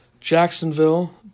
Jacksonville